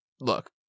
look